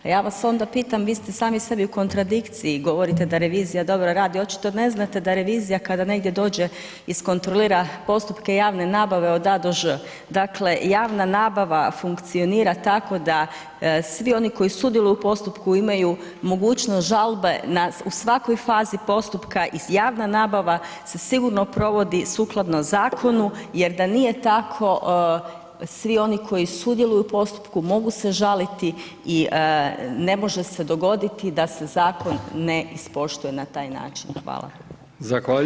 A ja vas onda pitam, vi ste sami sebi u kontradikciji, govorite da revizija dobro radi, očito ne znate da revizija, kada negdje dođe, iskontrolira postupke javne nabave od a do ž. Dakle, javna nabava funkcionira tako da svi oni koji sudjeluju u postupku imaju mogućnost žalbe u svakoj fazi postupka i javna nabava se sigurno provodi sukladno zakonu jer da nije tako, svi oni koji sudjeluju u postupku, mogu se žaliti i ne može se dogoditi da se zakon ne ispoštuje na takav način.